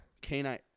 canine